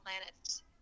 planets